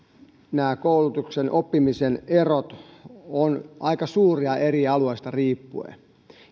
nämä koulutuksen oppimisen erot ovat aika suuria eri alueista riippuen